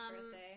birthday